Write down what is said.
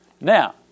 Now